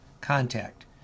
contact